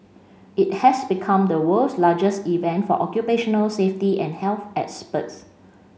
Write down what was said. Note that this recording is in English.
it has become the world's largest event for occupational safety and health experts